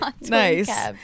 Nice